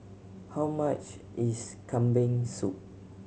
how much is Kambing Soup